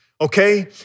okay